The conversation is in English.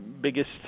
biggest